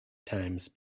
times